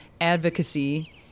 advocacy